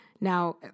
Now